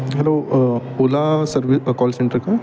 hello Ola service call centre का